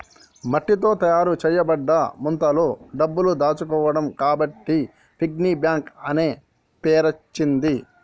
మట్టితో తయారు చేయబడ్డ ముంతలో డబ్బులు దాచుకోవడం కాబట్టి పిగ్గీ బ్యాంక్ అనే పేరచ్చింది